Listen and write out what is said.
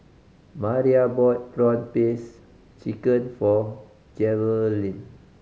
Mariah bought prawn paste chicken for Jerilynn